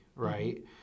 right